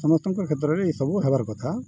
ସମସ୍ତଙ୍କ କ୍ଷେତ୍ରରେ ଏଇସବୁ ହେବାର କଥା